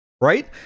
right